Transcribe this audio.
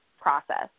process